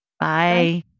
Bye